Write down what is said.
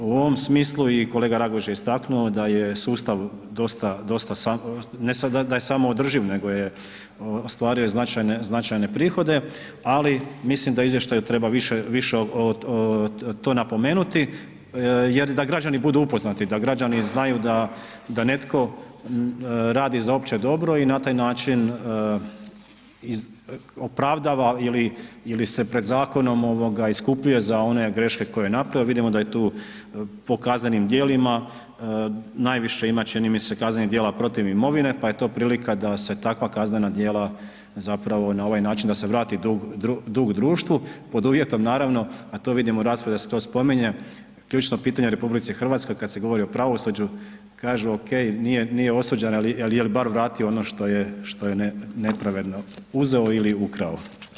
U ovom smislu i kolega Raguž je istaknuo, da je sustav dosta, ne sada da je samoodrživ nego je, ostvario je značajne prihode, ali mislim da u izvještaju treba više to napomenuti jer da građani budu upoznati, da građani znaju da netko radi za opće dobro i na taj način opravdava ili se pred zakonom iskupljuje za one greške koje je napravio, vidimo da je tu po kaznenim djelima, najviše ima čini mi se kaznenih djela protiv imovine pa je to prilika da se takva kaznena djela zapravo na ovaj način da se vrati dug društvu pod uvjetom naravno a to vidimo u raspravi da se to spominje, ključno pitanje u RH, kad se govori o pravosuđu, kažu ok, nije osuđen ali je bar vratio ono što je nepravedno uzeo ili ukrao.